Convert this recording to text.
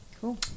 Cool